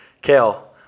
Kale